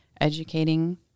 educating